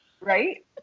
Right